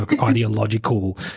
ideological